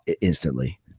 instantly